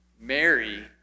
Mary